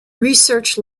research